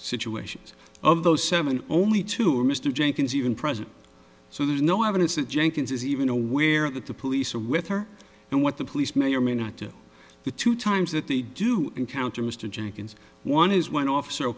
situations of those seven only to mr jenkins even present so there's no evidence that jenkins is even aware that the police are with her and what the police may or may not do the two times that they do encounter mr jenkins one is when off